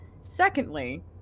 Secondly